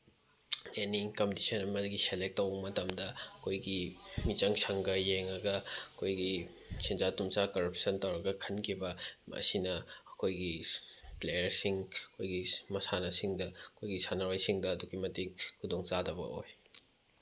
ꯑꯦꯅꯤ competition ꯑꯃꯗꯒꯤ select ꯇꯧꯕ ꯃꯇꯝꯗ ꯑꯩꯈꯣꯏꯒꯤ ꯃꯤꯆꯪ ꯁꯪꯒ ꯌꯦꯡꯒ ꯑꯩꯈꯣꯏꯒꯤ ꯁꯦꯟꯖꯥ ꯊꯨꯝꯖꯥ ꯀꯔꯞꯁꯟ ꯇꯧꯔꯒ ꯈꯟꯈꯤꯕ ꯑꯁꯤꯅ ꯑꯩꯈꯣꯏꯒꯤ ꯄ꯭ꯂꯦꯌꯔꯁꯤꯡ ꯑꯩꯈꯣꯏꯒꯤ ꯃꯁꯥꯟꯅꯁꯤꯡꯗ ꯑꯩꯈꯣꯏꯒꯤ ꯁꯥꯟꯅꯔꯣꯏꯁꯤꯡꯗ ꯑꯗꯨꯛꯀꯤ ꯃꯇꯤꯛ ꯈꯨꯗꯣꯡꯆꯥꯕꯗ ꯑꯣꯏ